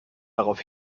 darauf